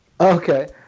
Okay